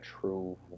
true